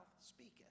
speaketh